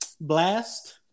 Blast